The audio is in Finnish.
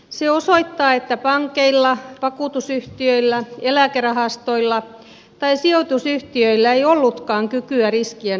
se osoittaa että pankeilla vakuutusyhtiöillä eläkerahastoilla tai sijoitusyhtiöillä ei ollutkaan kykyä riskien arviointiin